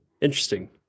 Interesting